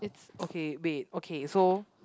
okay wait okay so